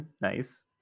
nice